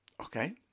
Okay